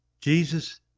Jesus